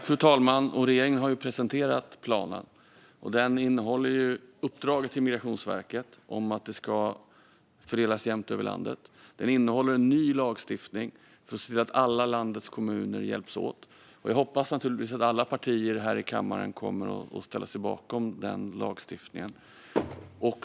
Fru talman! Regeringen har presenterat planen. Den innehåller uppdraget till Migrationsverket om att det ska fördelas jämnt över landet. Den innehåller en ny lagstiftning för att se till att alla landets kommuner hjälps åt. Jag hoppas naturligtvis att alla partier här i kammaren kommer att ställa sig bakom den lagstiftningen.